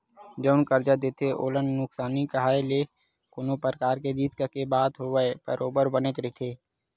जउन करजा देथे ओला नुकसानी काहय ते कोनो परकार के रिस्क के बात होवय बरोबर बनेच रहिथे